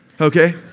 Okay